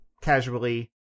casually